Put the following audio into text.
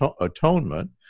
atonement